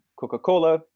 Coca-Cola